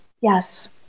yes